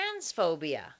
transphobia